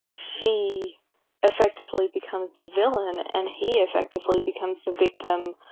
she effectively becomes the villain, and he effectively becomes the victim,